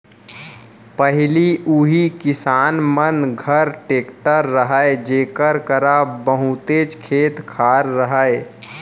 पहिली उही किसान मन घर टेक्टर रहय जेकर करा बहुतेच खेत खार रहय